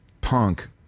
punk